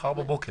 מחר בבוקר.